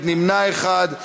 נמנע אחד.